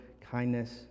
kindness